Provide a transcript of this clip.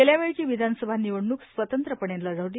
गेल्या वेळची वियानसमा निवडणुक स्वतंत्रपणे लढक्ली